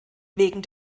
wegen